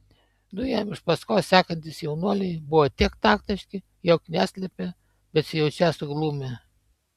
du jam iš paskos sekantys jaunuoliai buvo tiek taktiški jog neslėpė besijaučią suglumę